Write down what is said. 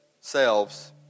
selves